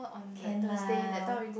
can lah